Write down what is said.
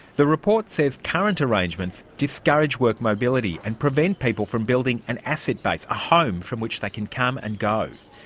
the report says current arrangements discourage work mobility and prevent people from building an asset base, a home from which they can come and go.